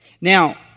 Now